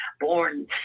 born